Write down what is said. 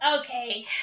Okay